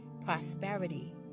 prosperity